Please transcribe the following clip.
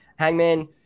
hangman